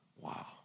Wow